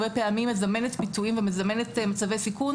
שהרבה פעמים מזמנת פיתויים ומצבי סיכון.